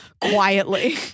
quietly